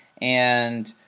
and